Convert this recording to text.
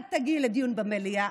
אל תגיעי לדיון במליאה,